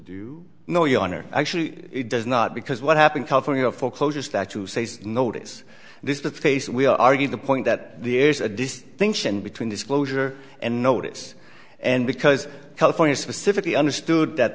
do no your honor actually it does not because what happened california foreclosure statue says notice this is the face we argue the point that there's a distinction between disclosure and notice and because california specifically understood that